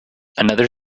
another